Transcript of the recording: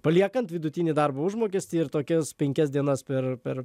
paliekant vidutinį darbo užmokestį ir tokias penkias dienas per per